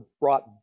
brought